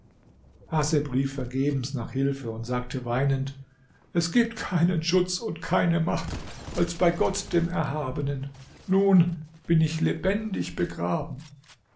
haseb rief vergebens nach hilfe und sagte weinend es gibt keinen schutz und keine macht als bei gott dem erhabenen nun bin ich lebendig begraben